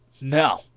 No